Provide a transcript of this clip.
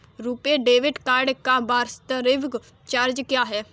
RuPay debit card का वार्षिक charge क्या है?